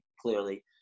clearly